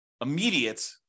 immediate